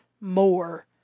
more